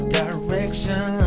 direction